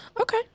okay